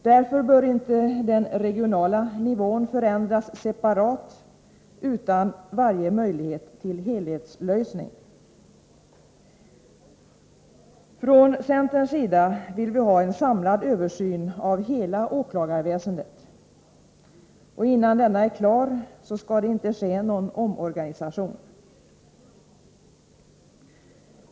Därför bör inte den regionala nivån förändras separat utan varje möjlighet till helhetslösning. Från centerns sida vill vi ha en samlad översyn av hela åklagarväsendet. Innan denna är klar bör det inte ske någon omorganisation.